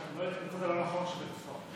אני לא הייתי בצד הלא-נכון של בית הסוהר.